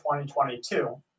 2022